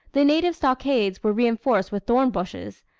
the native stockades were reinforced with thorn bushes,